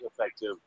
effective